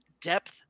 depth